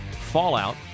fallout